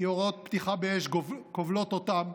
כי הוראות פתיחה באש כובלות אותם,